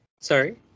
Sorry